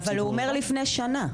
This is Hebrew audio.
אבל הוא אומר לפני שנה.